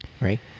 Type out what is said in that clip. right